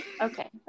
okay